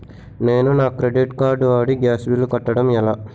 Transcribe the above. నేను నా credit card వాడి గ్యాస్ బిల్లు కట్టడం ఎలా?